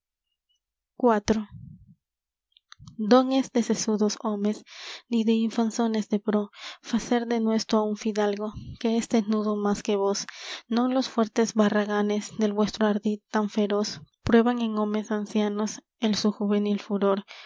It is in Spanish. iv non es de sesudos homes ni de infanzones de pro facer denuesto á un fidalgo que es tenudo más que vos non los fuertes barraganes del vuestro ardid tan feroz prueban en homes ancianos el su juvenil furor